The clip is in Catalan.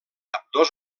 ambdós